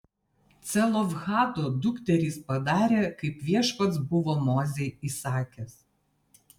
celofhado dukterys padarė kaip viešpats buvo mozei įsakęs